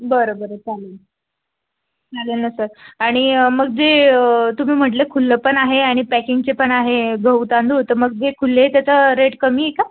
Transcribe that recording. बरं बरं चालेल चालेल ना सर आणि मग जे अं तुम्ही म्हटले खुलं पण आहे आणि पॅकिंगचे पण आहे गहू तांदूळ तर मग जे खुले त्याचा रेट कमी आहे का